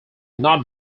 not